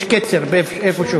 יש קֶצֶר איפשהו.